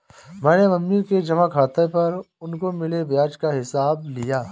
मैंने मम्मी के जमा खाता पर उनको मिले ब्याज का हिसाब किया